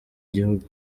gihugu